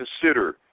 consider